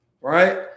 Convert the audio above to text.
right